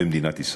במדינת ישראל.